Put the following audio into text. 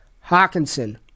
Hawkinson